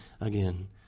again